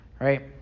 Right